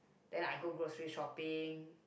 then I go grocery shopping